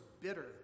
bitter